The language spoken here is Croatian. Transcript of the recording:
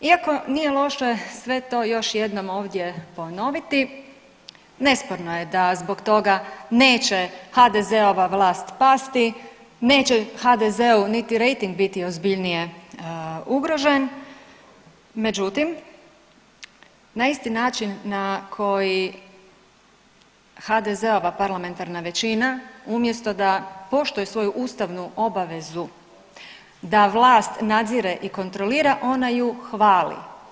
Iako nije loše sve to još jednom ovdje ponoviti nesporno je da zbog toga neće HDZ-ova vlast pasti, neće HDZ-u niti rejting biti ozbiljnije ugrožen, međutim na isti način na koji HDZ-ova parlamentarna većina umjesto da poštuje svoju ustavnu obavezu da vlast nadzire i kontrolira ona ju hvali.